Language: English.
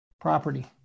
property